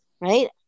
right